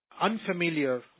unfamiliar